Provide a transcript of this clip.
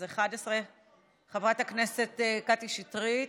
אז 11. חברת הכנסת קטי שטרית,